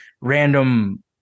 random